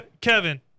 Kevin